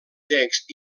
text